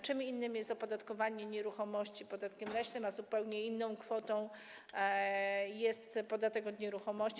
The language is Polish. Czym innym jest opodatkowanie nieruchomości podatkiem leśnym, zupełnie inną kwotą jest podatek od nieruchomości.